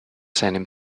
seinem